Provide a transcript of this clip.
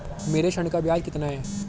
मेरे ऋण का ब्याज कितना है?